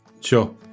Sure